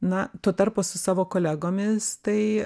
na tuo tarpu su savo kolegomis tai